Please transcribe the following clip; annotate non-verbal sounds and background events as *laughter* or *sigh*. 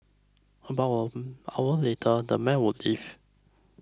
about *unintelligible* an hour later the men would leave